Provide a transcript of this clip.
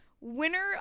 winner